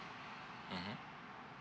mmhmm